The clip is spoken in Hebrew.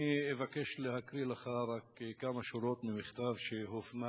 אני אבקש להקריא לך רק כמה שורות ממכתב שהופנה